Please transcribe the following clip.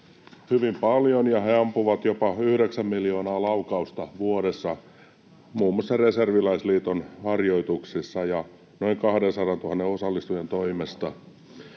hyvin paljon, ja he ampuvat jopa yhdeksän miljoonaa laukausta vuodessa muun muassa Reserviläisliiton harjoituksissa ja noin 200 000 osallistujan toimesta.